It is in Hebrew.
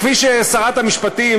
כפי ששרת המשפטים,